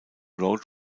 road